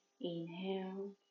Inhale